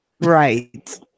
Right